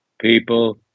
people